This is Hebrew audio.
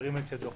ירים את ידו.